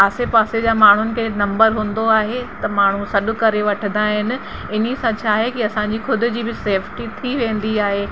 आसे पासे जा माण्हुनि खे नंबर हूंदो आहे त माण्हू सॾ करे वठंदा आहिनि इन सां छा आहे की असांजी खुदि जी बि सेफ्टी थी वेंदी आहे